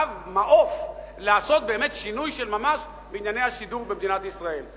רב-מעוף לעשות באמת שינוי של ממש בענייני השידור במדינת ישראל.